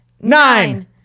nine